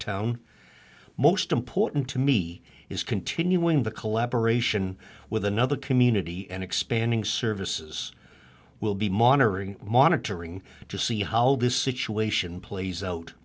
watertown most important to me is continuing the collaboration with another community and expanding services will be monitoring monitoring to see how this situation plays out